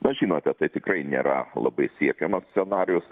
na žinote tai tikrai nėra labai siekiamas scenarijus